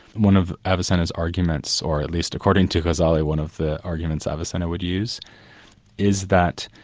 one of avicenna's arguments, or at least according to ghazali, one of the arguments avicenna would use is that,